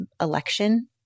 election